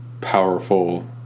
powerful